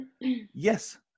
yes